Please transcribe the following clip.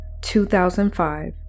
2005